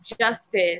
justice